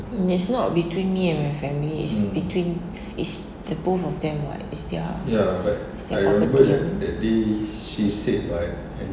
it's not between me and my family it's between it's the both of them [what] it's their it's their property